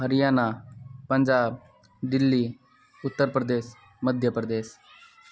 Haryana Punjab Delhi Uttar Pradesh Madhya Pradesh